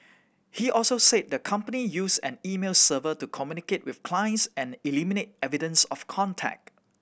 he also said the company used an email server to communicate with clients and eliminate evidence of contact